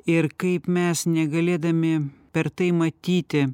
ir kaip mes negalėdami per tai matyti